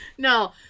No